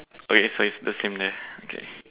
okay so it's the same then okay